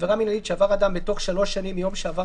עבירה מנהלית שעבר אדם בתוך שלוש שנים מיום שעבר